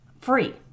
free